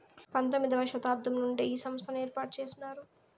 పంతొమ్మిది వ శతాబ్దం నుండే ఈ సంస్థను ఏర్పాటు చేసినారు